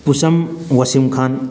ꯄꯨꯆꯝ ꯋꯥꯁꯤꯝ ꯈꯥꯟ